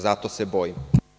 Zato se bojim.